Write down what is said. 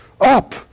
up